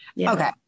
Okay